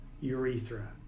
urethra